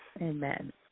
Amen